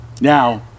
Now